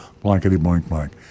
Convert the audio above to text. blankety-blank-blank